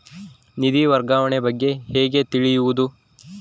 ನಿಧಿ ವರ್ಗಾವಣೆ ಬಗ್ಗೆ ಹೇಗೆ ತಿಳಿಯುವುದು?